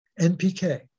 NPK